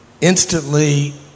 instantly